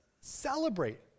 celebrate